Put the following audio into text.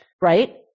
right